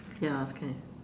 ya okay